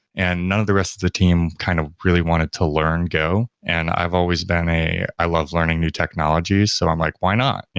and none of the rest of the team kind of really wanted to learn go, and i've always been a i love learning new technology, so i'm like, why not?